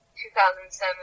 2007